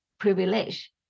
Privilege